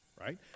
right